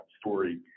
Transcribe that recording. story